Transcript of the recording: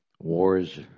wars